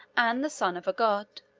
and the son of a god.